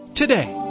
Today